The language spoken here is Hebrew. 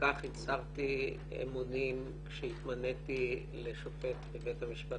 וכך הצהרתי אמונים כשהתמניתי לשופט בבית המשפט